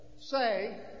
say